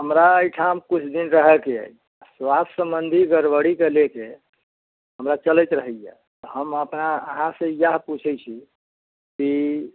हमरा एहिठाम किछु दिन रहैके अछि स्वास्थ सम्बन्धी गड़बड़ीके लेके हमरा चलैत रहैए तऽ हम अपना अहाँ से इएह पुछैत छी कि